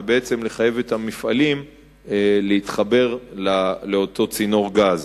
ובעצם לחייב את המפעלים להתחבר לצינור הגז.